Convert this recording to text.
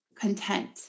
content